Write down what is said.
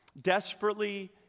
Desperately